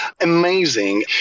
amazing